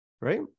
Right